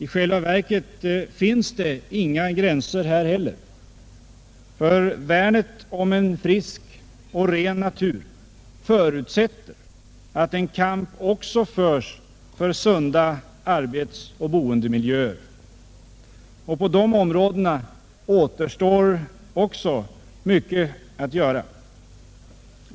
I själva verket finns det inga gränser här heller, ty värnet om en frisk och ren natur förutsätter att en kamp också förs för sunda arbetsoch boendemiljöer — och på de områdena återstår mycket att göra.